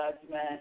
judgment